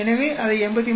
எனவே அதை 83